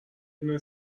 دونه